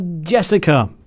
Jessica